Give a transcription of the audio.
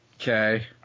Okay